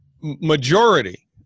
majority